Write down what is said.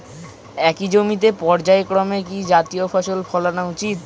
একই জমিতে পর্যায়ক্রমে কি কি জাতীয় ফসল ফলানো উচিৎ?